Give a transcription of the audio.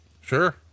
Sure